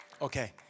Okay